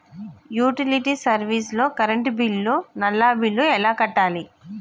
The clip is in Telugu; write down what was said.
యుటిలిటీ సర్వీస్ లో కరెంట్ బిల్లు, నల్లా బిల్లు ఎలా కట్టాలి?